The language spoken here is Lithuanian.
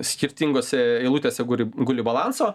skirtingose eilutėse guli guli balanso